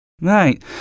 Right